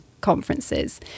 conferences